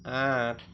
আঠ